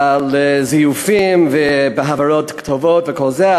לזיופים והעברת כתובות וכל זה.